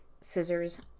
scissors